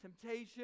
temptation